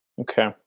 Okay